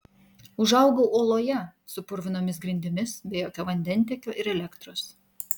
užaugau oloje su purvinomis grindimis be jokio vandentiekio ir elektros